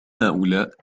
هؤلاء